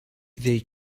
they